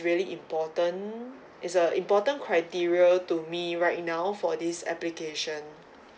really important it's a important criteria to me right now for this application